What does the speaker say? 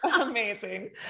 Amazing